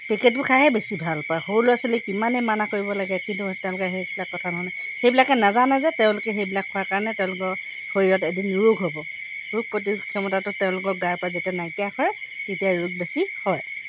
পেকেটবোৰ খাইহে বেছি ভাল পায় সৰু ল'ৰা ছোৱালীক ইমানেই মানা কৰিব লাগে কিন্তু তেওঁলোকে সেইবিলাক কথা নুশুনে সেইবিলাকে নাজানে যে তেওঁলোকে সেইবিলাক খোৱাৰ কাৰণে তেওঁলোকৰ শৰীৰত এদিন ৰোগ হ'ব ৰোগ প্ৰতৰোধ ক্ষমতাটো তেওঁলোকৰ গাৰ পৰা যেতিয়া নাইকিয়া হয় তেতিয়া ৰোগ বেছি হয়